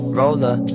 roller